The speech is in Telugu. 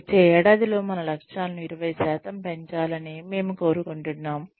వచ్చే ఏడాదిలో మన లక్ష్యాలను 20 పెంచాలని మేము కోరుకుంటున్నాము